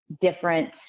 different